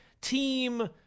team